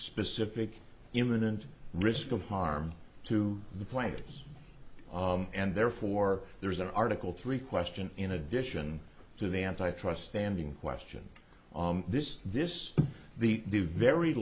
specific imminent risk of harm to the players and therefore there is an article three question in addition to the anti trust standing question this is this the the very